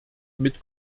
mit